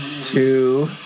Two